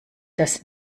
das